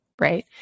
right